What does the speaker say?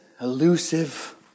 elusive